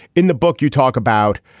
in the book you talk about,